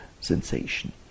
sensation